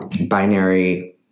binary